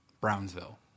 Brownsville